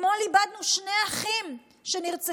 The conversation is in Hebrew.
אתמול איבדנו שני אחים שנרצחו.